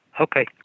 Okay